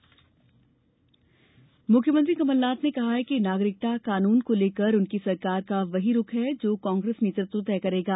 CM बयान मुख्यमंत्री कमलनाथ ने कहा है कि नागरिकता कानून को लेकर उनकी सरकार का वहीं रुख है जो कांग्रेस नेतृत्व तय करेगा